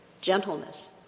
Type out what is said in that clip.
gentleness